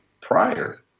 prior